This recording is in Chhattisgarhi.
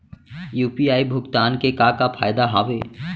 यू.पी.आई भुगतान के का का फायदा हावे?